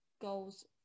goals